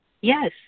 yes